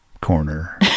Corner